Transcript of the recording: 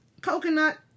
coconut